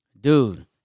Dude